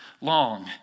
long